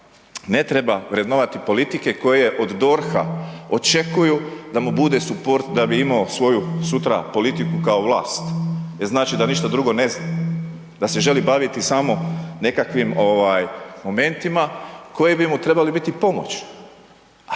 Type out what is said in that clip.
ne treba vrednovati politike koje od DORH-a očekuju da mu bude suport da bi imao svoju sutra politiku kao vlast jer znači da ništa drugi ne znam, da se želi baviti samo nekakvim momentima koji bi trebali biti pomoć